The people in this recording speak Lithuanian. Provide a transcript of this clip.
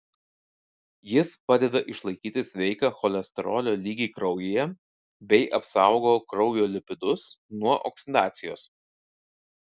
jis padeda išlaikyti sveiką cholesterolio lygį kraujyje bei apsaugo kraujo lipidus nuo oksidacijos